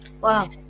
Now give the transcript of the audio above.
wow